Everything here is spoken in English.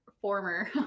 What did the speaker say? former